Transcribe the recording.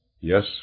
yes